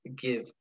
give